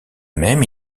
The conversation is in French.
même